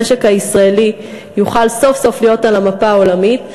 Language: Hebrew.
המשק הישראלי יוכל סוף-סוף להיות על המפה העולמית,